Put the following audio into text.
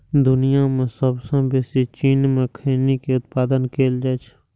दुनिया मे सबसं बेसी चीन मे खैनी के उत्पादन कैल जाइ छै